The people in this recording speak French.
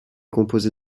composé